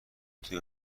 توی